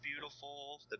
beautiful